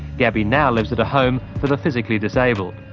gaby now lives at a home for the physically disabled.